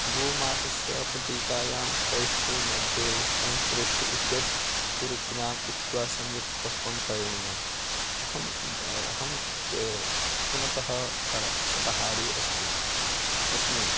गोमांसस्य पेटीकायां फेष्टी मध्ये विष्ट्कां प्रेष्ट् इत्येतत् कुरुकुराम् कृत्वा सम्यक् पक्वं करणीयम् अहं अहं पुनः सर शाकाहारी अस्ति अस्मि